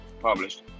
published